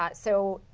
but so,